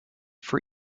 for